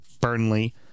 Burnley